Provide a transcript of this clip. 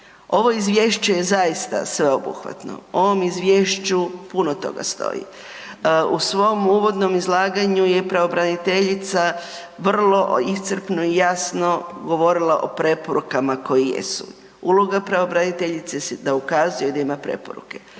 Ovo izvješće je zaista sveobuhvatno, u ovom izvješću puno toga stoji. U svom uvodnom izlaganju je pravobraniteljica vrlo iscrpno i jasno govorila o preporukama koje jesu. Uloga pravobraniteljice je da ukazuje i da ima preporuke.